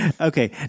Okay